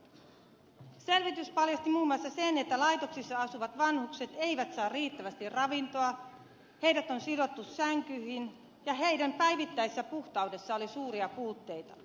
selvitys paljasti muun muassa sen että laitoksissa asuvat vanhukset eivät saa riittävästi ravintoa heidät on sidottu sänkyihin ja heidän päivittäisessä puhtaudessaan oli suuria puutteita